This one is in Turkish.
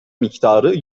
miktarı